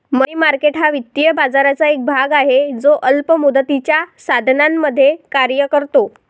मनी market हा वित्तीय बाजाराचा एक भाग आहे जो अल्प मुदतीच्या साधनांमध्ये कार्य करतो